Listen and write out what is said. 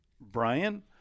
Brian